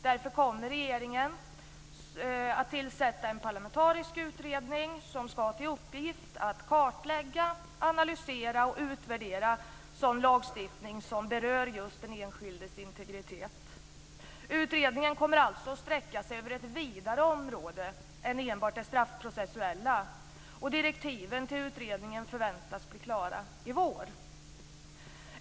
Därför kommer regeringen att tillsätta en parlamentarisk utredning som ska ha till uppgift att kartlägga, analysera och utvärdera sådan lagstiftning som berör just den enskildes integritet. Utredningen kommer alltså att sträcka sig över ett vidare område än enbart det straffprocessuella, och direktiven till utredningen förväntas bli klara i vår.